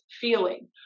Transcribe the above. feeling